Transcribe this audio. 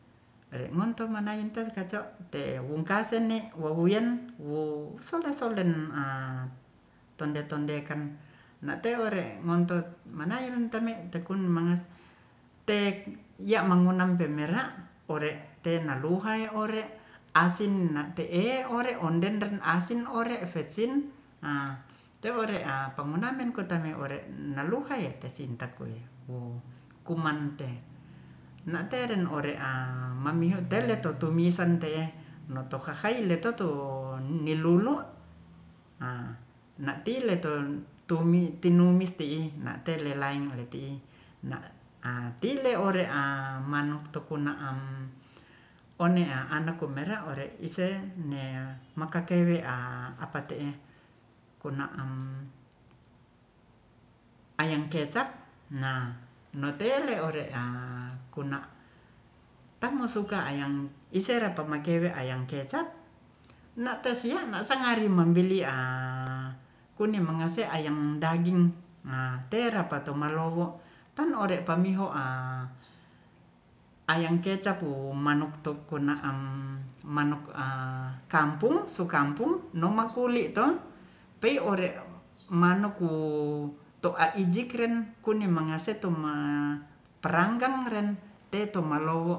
Ere'ngonto manain tenkaco te'wungkasene wowuyan wo solden-solden a tonde-tondeken na'teowere ngontot manailen te'me tekun mangas te'ya'mangunang pemera'ore'tenaluhai ore' asinna te'e ore onden ren asin ore fetsin a teore'a pangundamen kotamei ore' naluhai'e tesinta kuye wo kuman te' na'teren ore'a mamihu teletumisan te'e notukakhaileto tu ni'lulu a na'tileto tumi tinumis ti'i na'telelaeng ti'i na'a tile ore'a manuk tukuna'am one'a anakumera ore'ise ne makakewe'a apate'e kuna'am ayang kecap nah notele ore'a kuna' kammusuka ayang iseremapakewe ayang kecap na'tesia'na sangarimambili'a kuni'magase ayang daging'a terapate tumalowo tan ore pamiho'a ayang kecap wo manuktu' kunaang manuk a sup kampung nomakuli to pei ore' manu'tu to'aijikren kunimangasetu tuma peranggang ren te'tumalowo